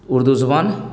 اردو زبان